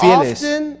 often